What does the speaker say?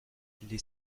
les